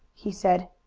he said.